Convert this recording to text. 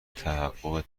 تحقق